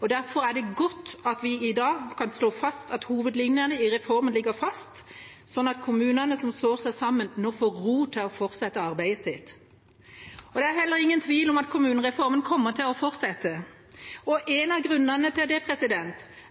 mange. Derfor er det godt at vi i dag kan slå fast at hovedlinjene i reformen ligger fast, slik at kommunene som slår seg sammen, nå får ro til å fortsette arbeidet sitt. Det er heller ingen tvil om at kommunereformen kommer til å fortsette. En av grunnene til det